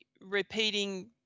repeating